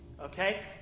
Okay